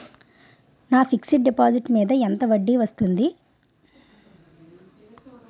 నా fixed deposit మీద ఎంత వడ్డీ వస్తుంది?